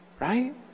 right